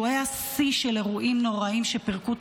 שהוא היה שיא של אירועים נוראיים שפירקו את